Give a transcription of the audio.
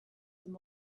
them